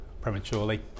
prematurely